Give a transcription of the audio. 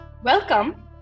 Welcome